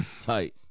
tight